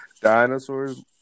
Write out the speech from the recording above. Dinosaurs